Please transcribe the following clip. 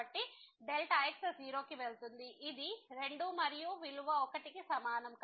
కాబట్టి x→0 ఇది 2 మరియు విలువ 1 కి సమానం